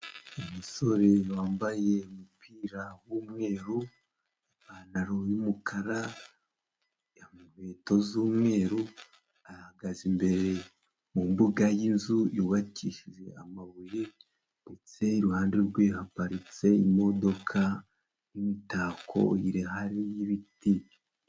Umusore wambaye umupira w'umweru ,ipantaro y'umukara, yambaye inkweto z'umweru, ahagaze imbere mu mbuga y'inzu yubakishije amabuye ndetse iruhande rwe haparitse imodoka y'imitako ire hari y'ibiti.